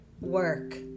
work